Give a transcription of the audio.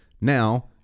Now